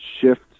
shift